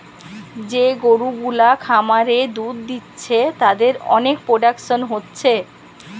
যে গরু গুলা খামারে দুধ দিচ্ছে তাদের অনেক প্রোডাকশন হচ্ছে